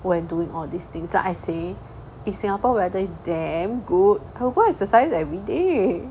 when doing all these things like I say if Singapore weather is damn good I will go exercise everyday